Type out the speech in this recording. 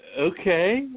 okay